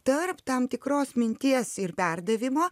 tarp tam tikros minties ir perdavimo